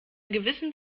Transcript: gewissen